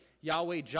Yahweh